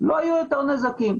ולא יהיו יותר נזקים.